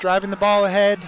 driving the ball ahead